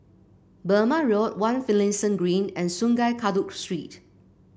Burmah Road One Finlayson Green and Sungei Kadut Street